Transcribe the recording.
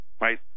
right